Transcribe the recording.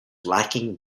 lacking